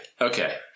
Okay